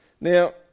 Now